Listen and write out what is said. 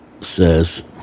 says